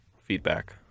feedback